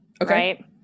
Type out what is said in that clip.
okay